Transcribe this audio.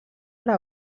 hora